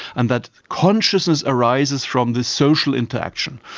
and that consciousness arises from this social interaction.